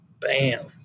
Bam